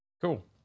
Cool